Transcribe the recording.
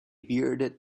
bearded